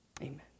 amen